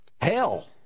hell